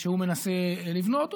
שהוא מנסה לבנות.